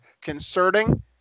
concerning